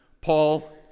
Paul